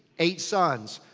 eight sons.